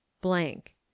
blank